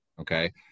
Okay